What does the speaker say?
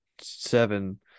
seven